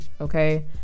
okay